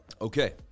okay